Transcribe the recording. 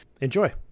Enjoy